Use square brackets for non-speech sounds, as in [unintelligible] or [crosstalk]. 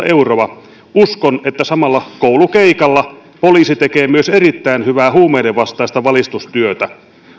[unintelligible] euroa uskon että samalla koulukeikalla poliisi tekee myös erittäin hyvää huumeiden vastaista valistustyötä